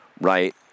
right